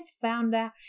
founder